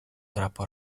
trapo